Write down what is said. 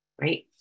right